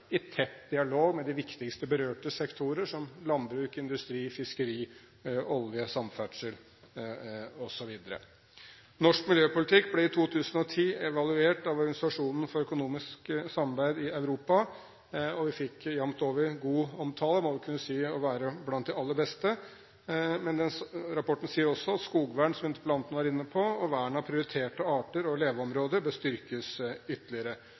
i tett dialog med de viktigste berørte sektorer, som landbruk, industri, fiskeri, olje, samferdsel, osv. Norsk miljøpolitikk ble i 2010 evaluert av Organisasjonen for økonomisk samarbeid og utvikling i Europa, og vi fikk jevnt over god omtale. Vi må vel kunne sies å være blant de aller beste. Rapporten sier også at skogvern, som interpellanten var inne på, og vern av prioriterte arter og leveområder bør styrkes ytterligere,